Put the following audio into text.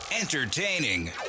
entertaining